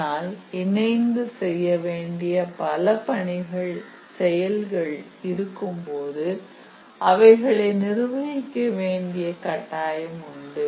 ஆனால் இணைந்து செய்யவேண்டிய பல பணிகள் செயல்கள் இருக்கும்போது அவைகளை நிர்வகிக்க வேண்டிய கட்டாயம் உண்டு